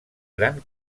gran